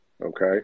Okay